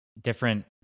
different